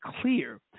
clear